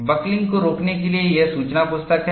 buckling को रोकने के लिए ये सूचना पुस्तक हैं